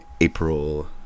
April